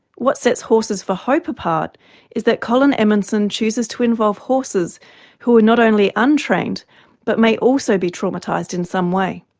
what sets horses for hope apart is that colin emonson chooses to involve horses who are not only untrained but may be also be traumatised in some way.